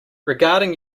regarding